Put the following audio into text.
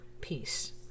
peace